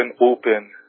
open